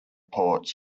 ports